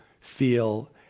feel